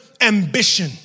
ambition